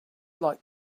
like